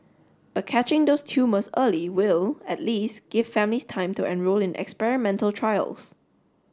but catching those tumours early will at least give families time to enrol in experimental trials